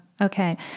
Okay